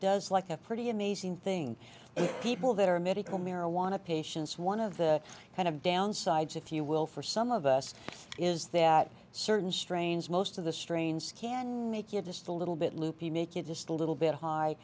does like a pretty amazing thing people that are medical marijuana patients one of the kind of downsides if you will for some of us is that certain strains most of the strains can make it just a little bit loopy make it just a little bit high